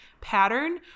pattern